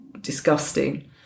disgusting